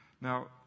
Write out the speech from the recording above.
Now